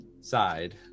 side